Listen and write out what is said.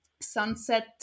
sunset